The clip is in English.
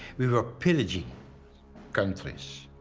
we were pillaging countries.